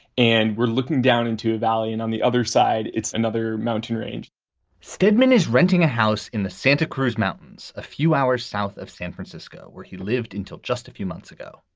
and we're looking down into a valley and on the other side, it's another mountain range steadman is renting a house in the santa cruz mountains a few hours south of san francisco, where he lived until just a few months ago.